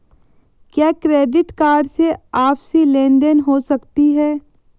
क्या credit card से आपसी लेनदेन हो सकता है?